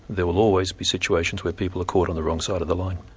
there will always be situations where people are caught on the wrong side of the line.